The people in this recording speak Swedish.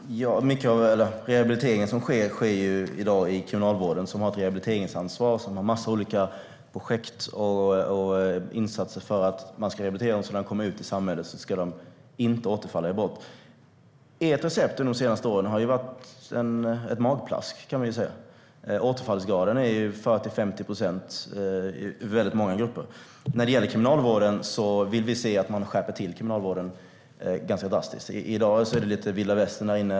Herr talman! Mycket av den rehabilitering som sker i dag sker i Kriminalvården, som har ett rehabiliteringsansvar. De har en massa olika projekt och insatser för att man ska rehabiliteras och inte återfalla i brott när man kommer ut i samhället. Ert recept de senaste åren har varit ett magplask. Återfallsgraden är 40-50 procent i många grupper. Vi vill se att kriminalvården skärps drastiskt. I dag är det vilda västern.